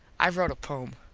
ive rote a pome.